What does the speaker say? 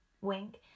wink